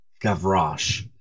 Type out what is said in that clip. Gavroche